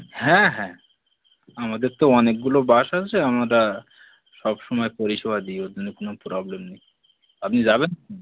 হ্যাঁ হ্যাঁ আমাদের তো অনেকগুলো বাস আছে আমরা সব সময় পরিষেবা দিই ও জন্য কোনো প্রবলেম নেই আপনি যাবেন কোথায়